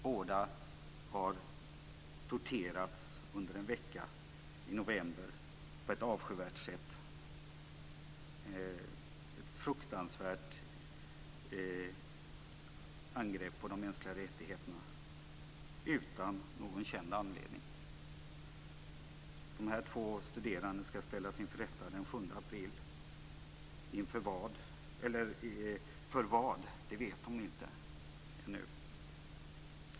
Båda har torterats på ett avskyvärt sätt under en vecka i november. Ett fruktansvärt angrepp på de mänskliga rättigheterna utan någon känd anledning. Dessa två studerande ska ställas inför rätta den 7 april. För vad vet de inte ännu.